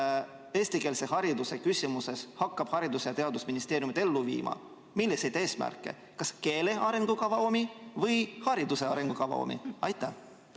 eestikeelse hariduse küsimuses hakkab Haridus- ja Teadusministeerium ellu viima? Milliseid eesmärke taotletakse, kas keele arengukava omi või hariduse arengukava omi? Aitäh,